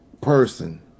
person